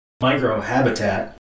Micro-habitat